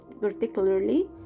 particularly